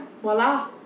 Voila